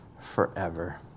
forever